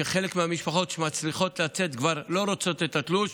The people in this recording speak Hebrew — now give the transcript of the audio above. וחלק מהמשפחות שמצליחות לצאת כבר לא רוצות את התלוש,